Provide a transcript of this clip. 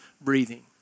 breathing